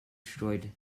destroyed